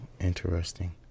interesting